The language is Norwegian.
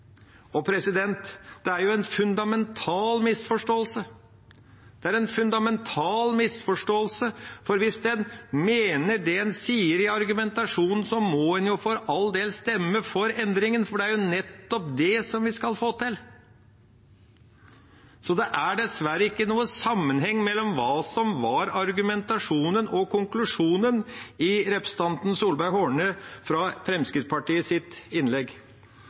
Det er jo en fundamental misforståelse. Det er en fundamental misforståelse, for hvis en mener det en sier i argumentasjonen, må en for all del stemme for endringen, for det er jo nettopp det som vi skal få til. Så det er dessverre ikke noen sammenheng mellom hva som var argumentasjonen og konklusjonen i innlegget til representanten Solveig Horne fra Fremskrittspartiet.